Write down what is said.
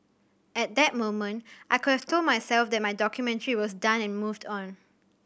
at that moment I could have told myself that my documentary was done and moved on